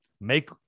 Make